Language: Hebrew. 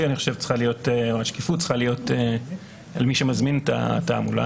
או השקיפות צריכה להיות על מי שמזמין את התעמולה.